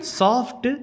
soft